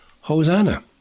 Hosanna